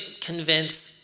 convince